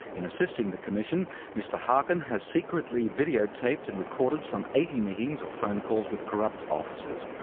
in assisting the commission, mr harkin has secretly videotaped and recorded some eighty meetings or phone calls with corrupt officers.